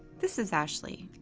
this is ashley,